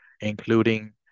including